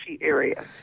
area